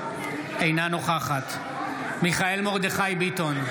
אינה נוכחת מיכאל מרדכי ביטון,